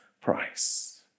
price